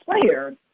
player